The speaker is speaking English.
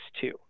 two